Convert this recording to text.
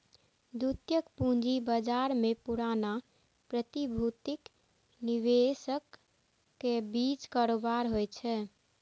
द्वितीयक पूंजी बाजार मे पुरना प्रतिभूतिक निवेशकक बीच कारोबार होइ छै